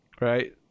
Right